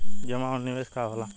जमा और निवेश का होला?